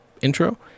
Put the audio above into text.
intro